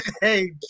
hey